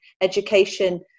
education